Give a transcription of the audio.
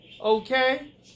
Okay